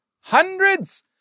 Hundreds